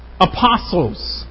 apostles